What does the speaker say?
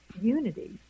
unity